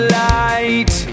light